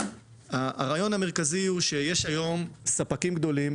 הרעיון המרכזי הוא שיש היום ספקים גדולים,